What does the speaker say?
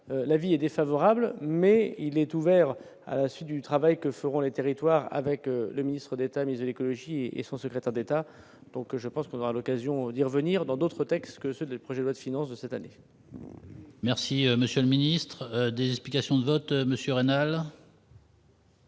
l'avis est défavorable mais il est ouvert à la suite du travail que feront les territoires avec le ministre d'État, l'écologie, et son secrétaire d'État, donc je pense qu'on aura l'occasion d'y revenir, dans d'autres textes que ceux de projet loi de finance de cette année. Merci monsieur le ministre des explications de vote Monsieur rénale.